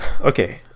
Okay